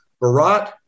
Barat